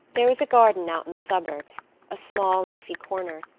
there was a garden out in the suburbs a small, leafy corner,